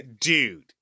dude